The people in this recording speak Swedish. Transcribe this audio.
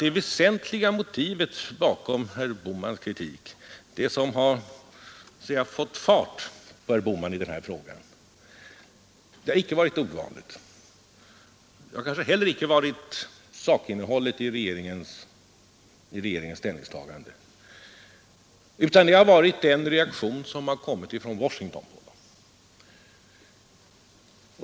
Det väsentliga motivet bakom herr Bohmans kritik — det som så att säga fått fart på herr Bohman i den här frågan — har icke varit ordvalet och kanske icke heller sakinnehållet i regeringens ställningstagande, utan det har varit den reaktion som kommit från Washington.